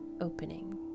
opening